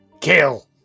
Kill